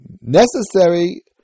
necessary